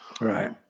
Right